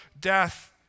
death